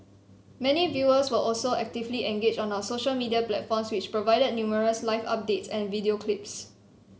many viewers were also actively engaged on our social media platforms which provided numerous live updates and video clips